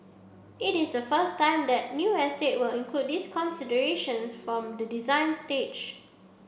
it is the first time that new estate will include these considerations from the design stage